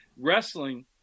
Wrestling